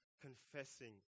confessing